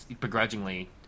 begrudgingly